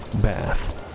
bath